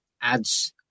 adds